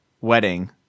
wedding –